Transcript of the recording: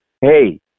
hey